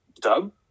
Dub